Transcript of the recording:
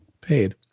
paid